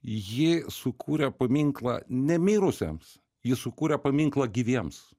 ji sukūrė paminklą nemirusiems jis sukūrė paminklą gyviems